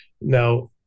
now